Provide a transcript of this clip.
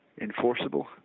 enforceable